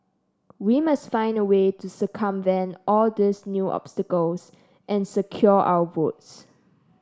we must find a way to circumvent all these new obstacles and secure our votes